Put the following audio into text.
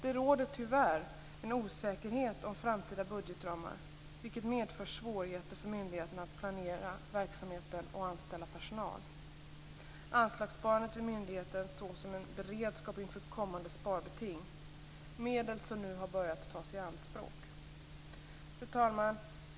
Det råder tyvärr en osäkerhet om framtida budgetramar, vilket medför svårigheter för myndigheterna att planera verksamheten och anställa personal. Anslagssparandet vid myndigheten sågs som en beredskap inför kommande sparbeting, medel som nu har börjat tas i anspråk. Fru talman!